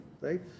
right